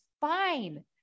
fine